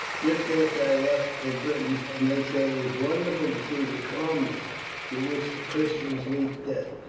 just after i left for britain, and they say it was wonderful to see the calmness with which the christians meet death.